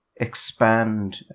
expand